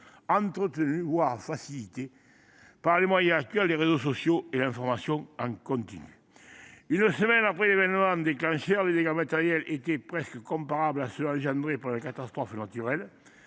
entretenues, voire facilitées par les réseaux sociaux et l’information en continu. Une semaine après l’événement déclencheur, les dégâts matériels étaient presque comparables à ceux qui sont causés par une catastrophe naturelle.